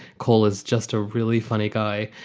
cole is just a really funny guy.